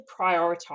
prioritize